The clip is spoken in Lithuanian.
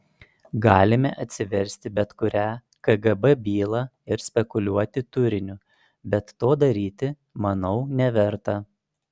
galime atsiversti bet kurią kgb bylą ir spekuliuoti turiniu bet to daryti manau neverta